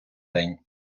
день